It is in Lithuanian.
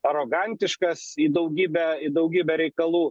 arogantiškas į daugybę į daugybę reikalų